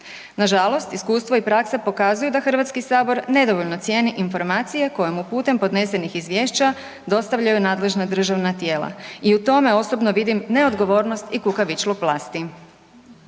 Nažalost, iskustvo i praksa pokazuju da HS nedovoljno cijeni informacije koje mu putem podnesenih izvješća dostavljaju nadležna državna tijela i u tome osobno vidim neodgovornost i kukavičluk vlasti.